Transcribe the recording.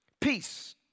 Peace